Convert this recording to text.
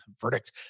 verdict